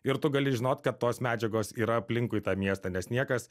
ir tu gali žinot kad tos medžiagos yra aplinkui tą miestą nes niekas